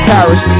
Paris